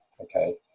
Okay